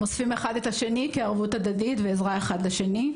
הם אוספים אחד את השני כערבות הדדית ועזרה אחד לשני,